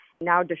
now